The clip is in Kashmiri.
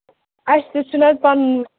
اَسہِ تہِ چھُ نہ حظ پَنُن